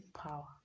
power